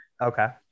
okay